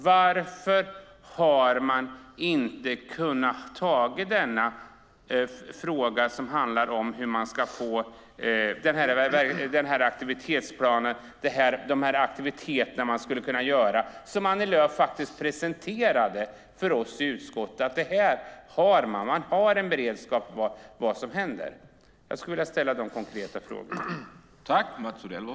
Varför har man inte kunnat ta denna fråga som handlar om hur man ska få den här aktivitetsplanen, aktiviteterna man skulle kunna göra som Annie Lööf presenterade för oss i utskottet? Hon talade om att man har en beredskap för vad som händer. Det var mina konkreta frågor.